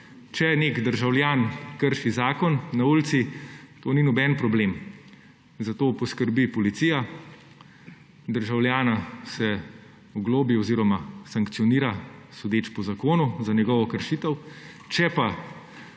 Če nek državljan krši zakon na ulici, to ni noben problem. Za to poskrbi policija. Državljana se oglobi oziroma sankcionira, sodeč po zakonu, za njegovo kršitev. Če pa